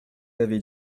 avez